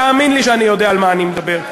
תאמין לי שאני יודע על מה אני מדבר.